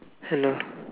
hello